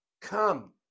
come